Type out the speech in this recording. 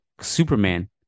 Superman